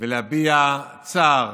ולהביע צער